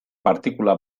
partikula